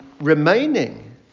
remaining